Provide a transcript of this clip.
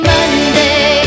Monday